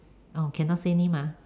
oh cannot say name ah